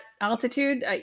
altitude